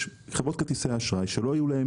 יש חברות כרטיסי אשראי שלא יהיו להם